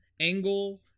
angle